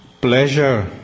pleasure